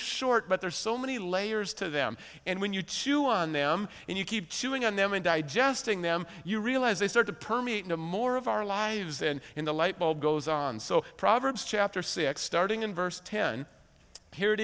short but there are so many layers to them and when you chew on them and you keep chewing on them and digesting them you realize they start to permeate no more of our lives than in the light bulb goes on so proverbs chapter six starting in verse ten here it